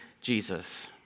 Jesus